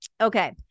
Okay